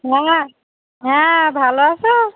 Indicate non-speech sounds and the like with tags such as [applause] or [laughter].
[unintelligible] হ্যাঁ ভালো আছো